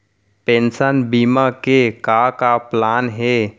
Pension बीमा के का का प्लान हे?